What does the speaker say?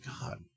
God